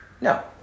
No